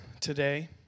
today